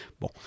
Bon